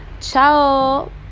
Ciao